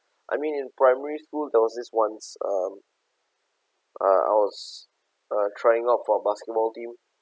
I mean in primary school there was this once um uh I was uh trying out for basketball team